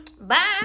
Bye